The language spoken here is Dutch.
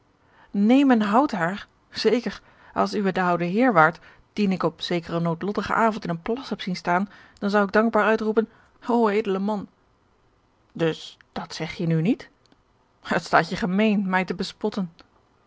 en houd haar zeker als uwé de oude heer waart dien ik op zekeren noodlottigen avond in een plas heb zien staan dan zou ik dankbaar uitroepen o edele man dus dat zeg je nu niet het staat je gemeen mij te bespotten